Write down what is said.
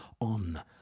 on